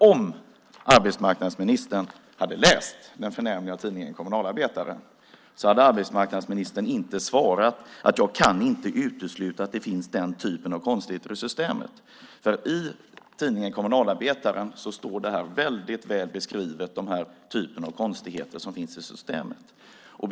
Om arbetsmarknadsministern hade läst den förnämliga tidningen Kommunalarbetaren hade han inte svarat att han inte kan utesluta att den typen av konstigheter finns i systemet. I tidningen Kommunalarbetaren står nämligen dessa typer av konstigheter som finns i systemet väldigt väl beskrivna.